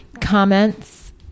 comments